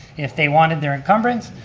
if they wanted their encumbrance,